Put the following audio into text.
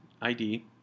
ID